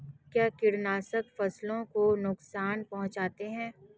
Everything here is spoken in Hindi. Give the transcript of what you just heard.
क्या कीटनाशक फसलों को नुकसान पहुँचाते हैं?